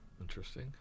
interesting